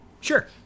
Sure